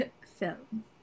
Film